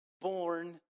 born